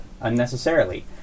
unnecessarily